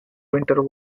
winter